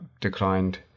declined